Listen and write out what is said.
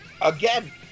again